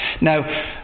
Now